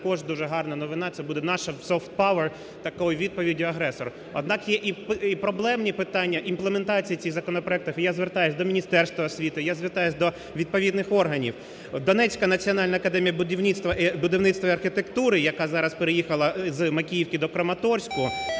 також дуже гарна новина, це буде наша "soft power" такою відповіддю агресору. Однак є і проблемні питання – імплементація цих законопроектів. І я звертаюся і до Міністерства освіти, я звертаюсь до відповідних органів. Донецька національна академія будівництва і архітектури, яка зараз переїхала з Макіївки до Краматорську,